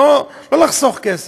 לא לחסוך כסף,